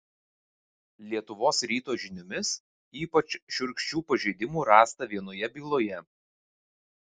lietuvos ryto žiniomis ypač šiurkščių pažeidimų rasta vienoje byloje